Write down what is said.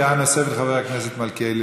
דעה נוספת לחבר הכנסת מלכיאלי,